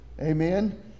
Amen